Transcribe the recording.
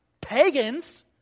pagans